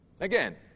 Again